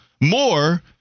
more